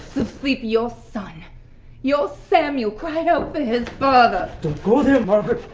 sleep, your son your samuel, cried out for his father. don't go there, margaret!